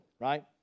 right